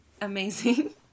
amazing